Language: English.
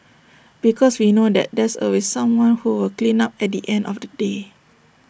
because we know that there's always someone who will clean up at the end of the day